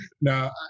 No